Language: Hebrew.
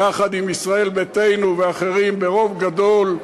יחד עם ישראל ביתנו ואחרים, ברוב גדול,